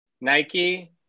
Nike